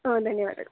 ಹಾಂ ಧನ್ಯವಾದಗಳು